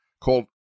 called